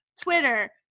Twitter